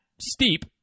steep